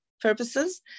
purposes